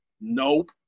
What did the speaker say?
Nope